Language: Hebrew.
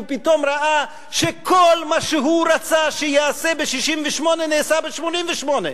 והוא פתאום ראה שכל מה שהוא רצה שייעשה ב-1968 נעשה ב-1988,